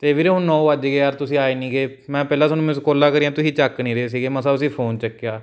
ਅਤੇ ਵੀਰੇ ਹੁਣ ਨੌ ਵੱਜ ਗਏ ਯਾਰ ਤੁਸੀਂ ਆਏ ਨੀਗੇ ਮੈਂ ਪਹਿਲਾਂ ਤੁਹਾਨੂੰ ਮਿਸਕੋਲਾਂ ਕਰੀਆਂ ਤੁਸੀਂ ਚੱਕ ਨਹੀਂ ਰਹੇ ਸੀਗੇ ਮਸਾਂ ਤੁਸੀਂ ਫੋਨ ਚੱਕਿਆ